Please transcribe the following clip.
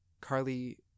Carly